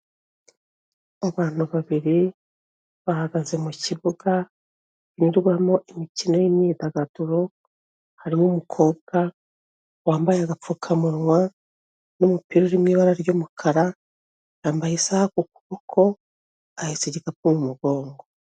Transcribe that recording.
Abantu babiri bahagaze mu kibuga gikinirwamo imikino y'imyidagaduro, harimo umukobwa wambaye agapfukamunwa n'umupira uri mu ibara ry'umukara, yambaye isaha ku kuboko ahetse igikapu mu mugongo.